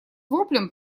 воплем